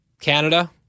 Canada